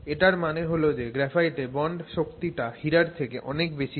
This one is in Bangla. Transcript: এটার মানে হল যে গ্রাফাইটে বন্ড শক্তিটা হিরার থেকে অনেক বেশি হয়